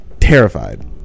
Terrified